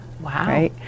Wow